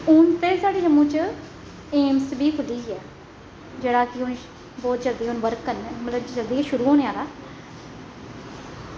हून ते साढ़े जम्मू च एम्स बी खुल्ली गेआ जेह्ड़ा कि हून बौह्त जल्दी हून वर्क करने मतलब जल्दी गै शुरू होने आह्ला ऐ